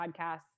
podcasts